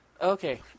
Okay